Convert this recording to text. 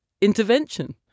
intervention